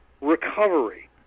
recovery